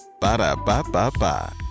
Ba-da-ba-ba-ba